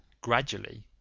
Gradually